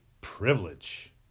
Privilege